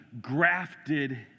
grafted